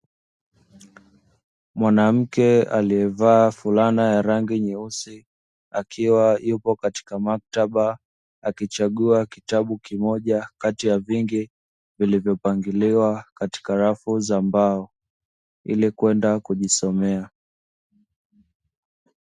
Mwanamke aliyevaa fulana ya rangi nyeusi akiwa yuko katika maktaba, akichagua kitabu kimoja kati ya vingi vilivyopangiliwa katika rafu za mbao ili kwenda kujisomea.